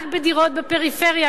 רק בדירות בפריפריה,